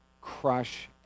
crush